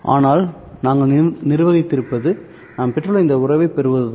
ஆனால் நாங்கள் நிர்வகித்திருப்பது நாம் பெற்றுள்ள இந்த உறவைப் பெறுவதுதான்